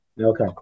Okay